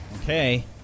Okay